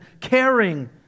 caring